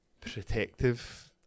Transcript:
protective